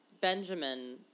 Benjamin